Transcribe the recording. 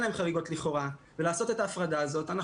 להם חריגות לכאורה ולעשות את ההפרדה הזאת,